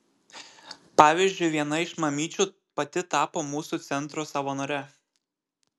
pavyzdžiui viena iš mamyčių pati tapo mūsų centro savanore